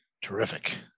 Terrific